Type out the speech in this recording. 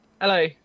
Hello